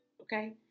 okay